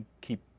keep